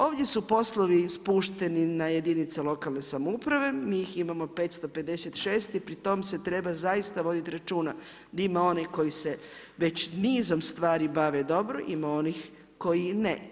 Ovdje su poslovi spušteni na jedinica lokalne samouprave, njih imamo 556 i pri tom se treba zaista voditi računa, da ima one koji se već nizom stvari bave dobro, ima onih koji ne.